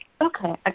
Okay